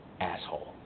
asshole